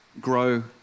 grow